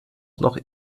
noch